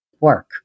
work